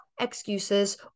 excuses